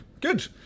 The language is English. Good